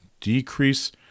decrease